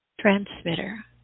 transmitter